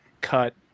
cut